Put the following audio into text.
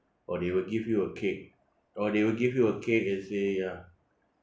or they will give you a cake or they will give you a cake and say ya